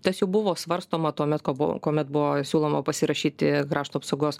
tas jau buvo svarstoma tuomet kai kuomet buvo ir siūloma pasirašyti krašto apsaugos